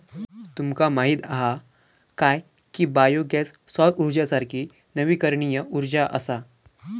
तुमका माहीत हा काय की बायो गॅस सौर उर्जेसारखी नवीकरणीय उर्जा असा?